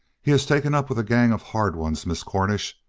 he's taken up with a gang of hard ones, miss cornish.